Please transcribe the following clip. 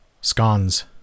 Scones